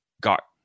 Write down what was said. got